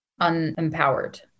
unempowered